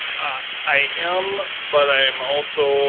ah i am, but i am also